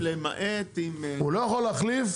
הוא לא יכול להחליף